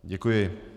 Děkuji.